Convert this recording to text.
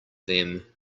them